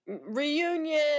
Reunion